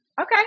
okay